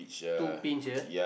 two pinch ya